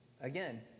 Again